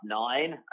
nine